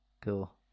Cool